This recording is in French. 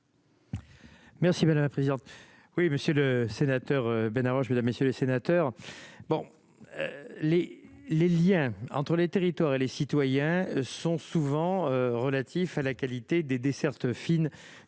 Merci madame la présidente, oui, monsieur le sénateur Ben, mesdames, messieurs les sénateurs, bon les. Les Liens entre les territoires et les citoyens sont souvent relatifs à la qualité des dessertes fines